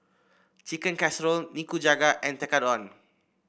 Chicken Casserole Nikujaga and Tekkadon